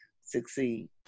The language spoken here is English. succeed